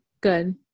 Good